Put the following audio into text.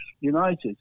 United